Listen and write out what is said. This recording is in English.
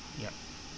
ya